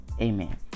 Amen